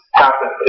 happen